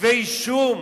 כתבי אישום,